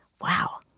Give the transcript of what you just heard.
Wow